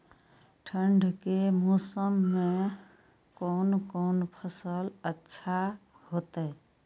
ठंड के मौसम में कोन कोन फसल अच्छा होते?